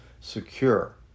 secure